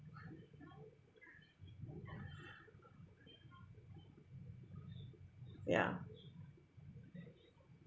ya